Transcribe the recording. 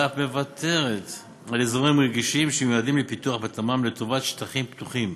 ואף מוותרת על אזורים רגישים שמיועדים לפיתוח בתמ"מ לטובת שטחים פתוחים,